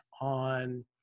on